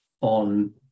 on